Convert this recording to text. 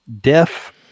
deaf